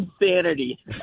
Insanity